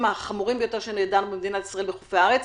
החמורים ביותר שידענו במדינת ישראל בחופי הארץ,